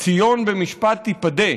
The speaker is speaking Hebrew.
"ציון במשפט תִּפָּדֶה".